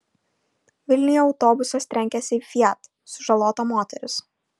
vilniuje autobusas trenkėsi į fiat sužalota moteris